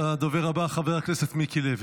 הדובר הבא, חבר הכנסת מיקי לוי.